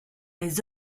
les